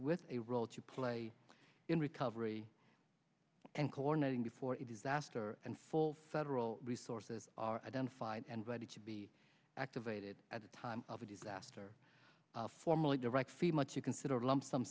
with a role to play in recovery and coordinating before it is asked or and full federal resources are identified and ready to be activated at the time of a disaster formally direct feed much you consider a lump sum